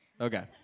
Okay